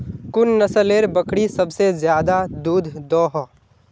कुन नसलेर बकरी सबसे ज्यादा दूध दो हो?